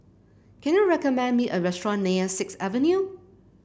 can you recommend me a restaurant near Sixth Avenue